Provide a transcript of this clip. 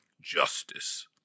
justice